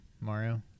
Mario